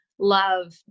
love